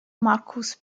markus